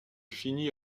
finit